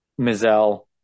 Mizell